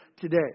today